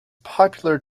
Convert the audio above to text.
popular